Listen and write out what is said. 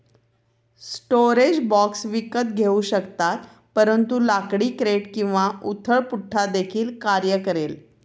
storage box विकत घेऊ शकतात परंतु लाकडी क्रेट किंवा उथळ पुठ्ठा देखील कार्य करेल